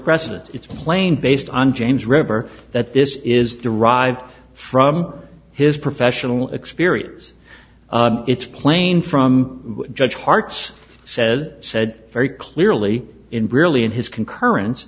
precedents it's plain based on james river that this is derived from his professional experience it's plain from judge hearts says said very clearly in briley in his concurrence